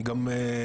אני גם נציג